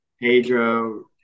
Pedro